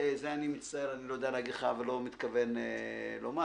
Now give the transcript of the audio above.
וגם לא מתכוון לומר.